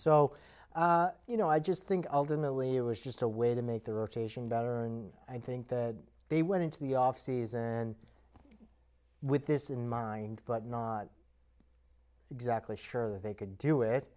so you know i just think ultimately it was just a way to make the rotation better and i think that they went into the offseason with this in mind but not exactly sure they could do